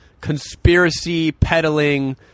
conspiracy-peddling